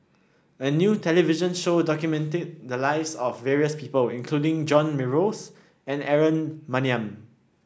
a new television show documented the lives of various people including John Morrice and Aaron Maniam